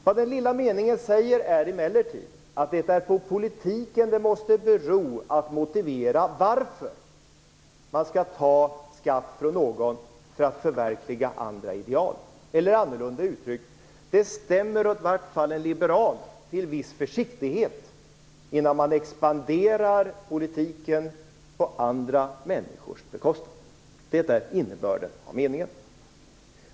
Vad den lilla meningen säger är emellertid att det är på politiken det måste bero att motivera varför man skall ta skatt från någon för att förverkliga andra ideal. Eller annorlunda uttryckt: Det stämmer i vart fall en liberal till viss försiktighet innan man expanderar politiken på andra människors bekostnad. Det är innebörden av meningen.